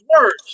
words